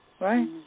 right